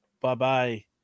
Bye-bye